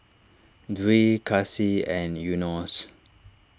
Dwi Kasih and Yunos